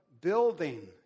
building